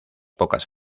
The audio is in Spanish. pocas